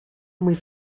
muy